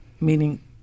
meaning